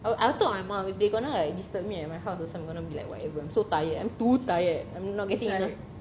I I told my mum if they're gonna like disturb me at my house also I'm gonna be like whatever I'm so tired I'm too tired I'm not getting enough